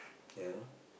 ya lor